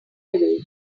away